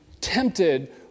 tempted